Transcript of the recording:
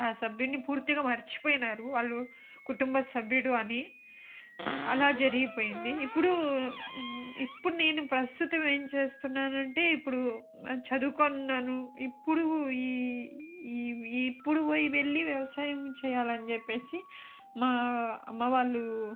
ఆ సభ్యుడిని పూర్తిగా మర్చిపోయినారు వాళ్ళు కుటుంబ సభ్యుడు అని అలా జరిగిపోయింది ఇప్పుడు ఇప్పుడు నేను ప్రస్తుతం ఏంచేస్తున్నానంటే ఇప్పుడు చదువుకున్నాను ఇప్పుడు ఈ ఈ ఇప్పుడు వెళ్ళి వ్యవసాయం చేయాలని చెప్పేసి మా అమ్మవాళ్ళు